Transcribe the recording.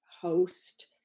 host